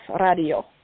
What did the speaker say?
Radio